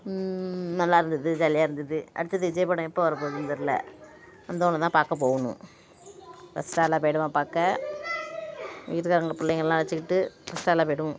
நல்லாயிருந்துது ஜாலியாகருந்துது அடுத்தது விஜய் படம் எப்போ வரப்போகுதுன்னு தெரில வந்தோனேதான் பார்க்க போகணும் ஃபஸ்ட்டு ஆளாகப்போயிடுவேன் பார்க்க எங்கள் வீட்டுக்காரவங்களை பிள்ளைங்களான் அழைச்சிக்கிட்டு ஃபஸ்ட்டு ஆளாகப்போயிடுவோம்